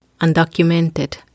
Undocumented